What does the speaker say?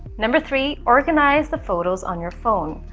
number three organize the photos on your phone.